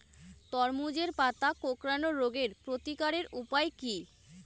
তরমুজের পাতা কোঁকড়ানো রোগের প্রতিকারের উপায় কী?